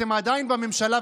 אתם עדיין בממשלה.